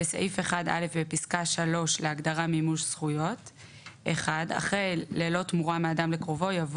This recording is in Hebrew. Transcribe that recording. התשפ"ג-2022 של חה"כ יוסף